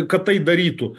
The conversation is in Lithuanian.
kad tai darytų